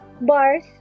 bars